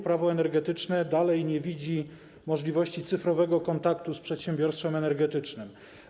Prawo energetyczne nadal nie przewiduje możliwości cyfrowego kontaktu z przedsiębiorstwem energetycznym?